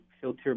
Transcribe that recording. filter